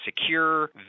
secure